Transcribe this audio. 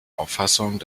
auffassung